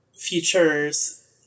features